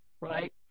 right